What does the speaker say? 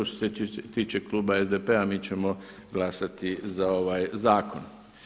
Što se tiče klub SDP-a mi ćemo glasati za ovaj zakon.